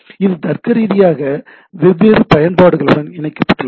இது தர்க்கரீதியாக வெவ்வேறு பயன்பாடுகளுடன் இணைக்கப்பட்டுள்ளது